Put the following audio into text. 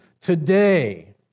Today